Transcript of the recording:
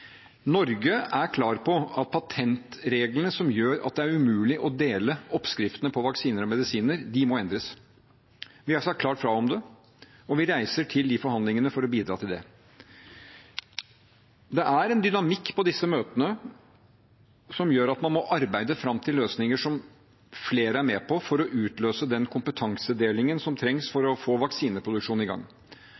Norge er klar på at patentreglene som gjør at det er umulig å dele oppskriftene på vaksiner og medisiner, må endres. Vi har sagt klart fra om det, og vi reiser til de forhandlingene for å bidra til det. Det er en dynamikk på disse møtene som gjør at man må arbeide fram løsninger som flere er med på for å utløse den kompetansedelingen som trengs for